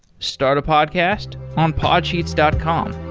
start a podcast on podsheets dot com